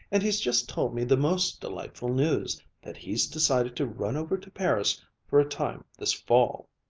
and he's just told me the most delightful news, that he's decided to run over to paris for a time this fall.